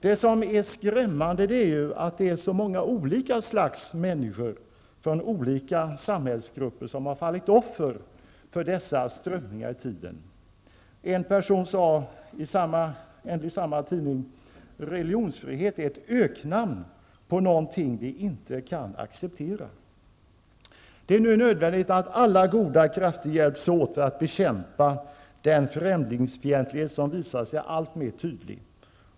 Det som är skrämmande är att det är så många olika slags människor från olika samhällsgrupper som fallit offer för dessa strömningar i tiden. En person sade enligt samma tidning: Religionsfrihet är ett öknamn på någonting vi inte kan acceptera. Det är nu nödvändigt att alla goda krafter hjälps åt att bekämpa den främligsfientlighet som nu visar sig alltmer tydligt.